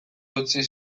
utzi